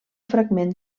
fragment